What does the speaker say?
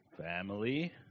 Family